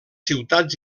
ciutats